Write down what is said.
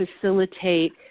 facilitate